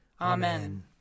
Amen